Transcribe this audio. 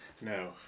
no